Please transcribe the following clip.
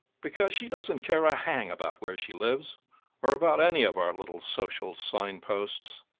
because she doesn't care a hang about where she lives or about any of our little social sign-posts,